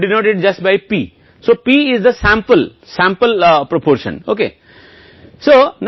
शास्त्रीय परिकल्पना में परीक्षण यह निर्धारित करने का कोई तरीका नहीं है कि अशक्त परिकल्पना सही है या नहीं